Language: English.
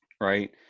right